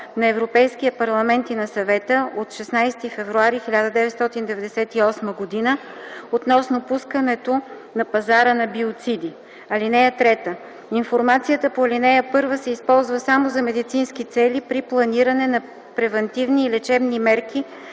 на Европейския парламент и на Съвета от 16 февруари 1998 г. относно пускането на пазара на биоциди. (3) Информацията по ал. 1 се използва само за медицински цели при планиране на превантивни и лечебни мерки